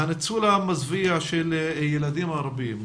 הניצול המזוויע של ילדים רבים,